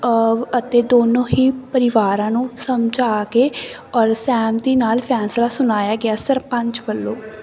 ਅਤੇ ਦੋਨੋਂ ਹੀ ਪਰਿਵਾਰਾਂ ਨੂੰ ਸਮਝਾ ਕੇ ਔਰ ਸਹਿਮਤੀ ਨਾਲ ਫੈਸਲਾ ਸੁਣਾਇਆ ਗਿਆ ਸਰਪੰਚ ਵੱਲੋਂ